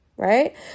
right